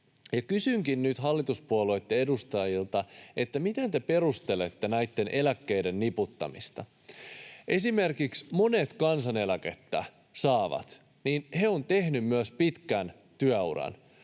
Kysynkin nyt hallituspuolueitten edustajilta: miten te perustelette näitten eläkkeiden niputtamista? Esimerkiksi monet kansaneläkettä saavat ovat tehneet myös pitkän työuran.